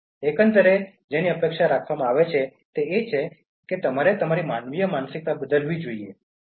એકંદરે જેની અપેક્ષા રાખવામાં આવે છે તે છે કે તમારે તમારી માનવીય માનસિકતા બદલવી જોઈએ